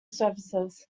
services